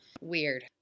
Weird